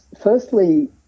firstly